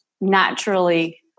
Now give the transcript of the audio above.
naturally